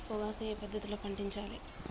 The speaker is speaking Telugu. పొగాకు ఏ పద్ధతిలో పండించాలి?